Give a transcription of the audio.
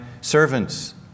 servants